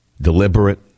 Deliberate